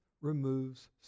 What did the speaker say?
removes